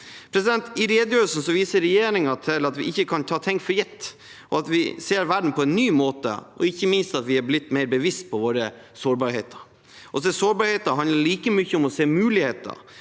I redegjørelsen viser regjeringen til at vi ikke kan ta ting for gitt, at vi ser verden på en ny måte, og ikke minst at vi er blitt mer bevisste på våre sårbarheter. Sårbarheter handler like mye om å se muligheter.